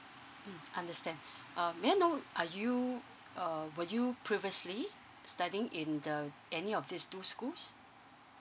mm understand um may I know are you uh were you previously studying in the any of these two schools